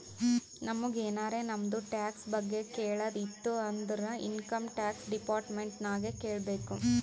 ನಮುಗ್ ಎನಾರೇ ನಮ್ದು ಟ್ಯಾಕ್ಸ್ ಬಗ್ಗೆ ಕೇಳದ್ ಇತ್ತು ಅಂದುರ್ ಇನ್ಕಮ್ ಟ್ಯಾಕ್ಸ್ ಡಿಪಾರ್ಟ್ಮೆಂಟ್ ನಾಗೆ ಕೇಳ್ಬೇಕ್